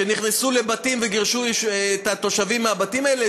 שנכנסו לבתים וגירשו את התושבים מהבתים האלה.